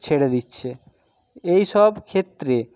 ছেড়ে দিচ্ছে এই সব ক্ষেত্রে